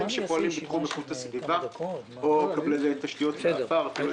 שפועלים בתחום איכות הסביבה או קבלני תשתיות עפר.